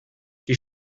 die